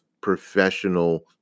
professional